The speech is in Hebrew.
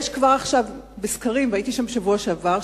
יש כבר עכשיו בסקרים, והייתי שם בשבוע שעבר,